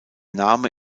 name